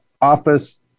office